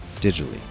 digitally